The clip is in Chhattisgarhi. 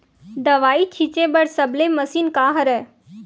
दवाई छिंचे बर सबले मशीन का हरे?